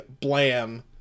blam